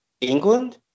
England